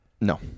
No